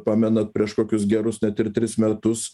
pamenat prieš kokius gerus net ir tris metus